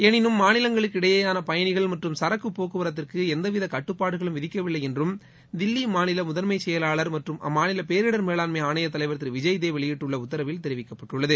எனினும் மாநிலங்களுக்கு இடையேயான பயணிகள் மற்றம் சரக்கு போக்குவரத்துக்கு எவ்வித கட்டுப்பாடுகளும் விதிக்கவில்லை என்றும் தில்லி மாநில முதன்மை செயலாளர் மற்றும் அம்மாநில பேரிடர் மேலாண்மை ஆணையத் தலைவர் திரு விஜய் தேவ் வெளியிட்டுள்ள உத்தரவில் தெரிவிக்கப்பட்டுள்ளது